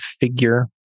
figure